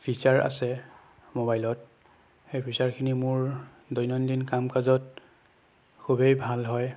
feature আছে মোবাইলত সেই ফীচাৰখিনি মোৰ দৈনন্দিন কাম কাজত খুবেই ভাল হয়